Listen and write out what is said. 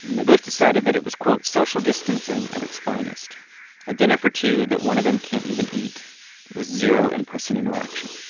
they both decided that it was, quote, social distancing at its finest a dinner for two that one of them can't even eat with zero in-person interaction